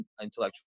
intellectual